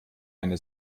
eine